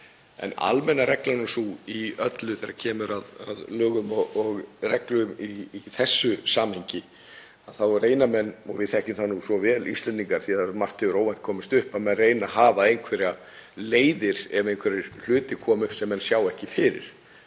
En almenna reglan er sú í öllu þegar kemur að lögum og reglum í þessu samhengi þá reyna menn, og við þekkjum það nú svo vel, Íslendingar, því að margt hefur óvænt komið upp, að hafa einhverja leiðir ef einhverjir hlutir koma upp sem menn sjá ekki fyrir.